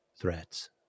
threats